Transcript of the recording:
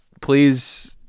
please